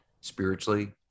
spiritually